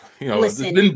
Listen